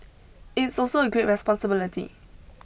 it's also a great responsibility